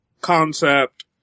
concept